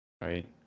Right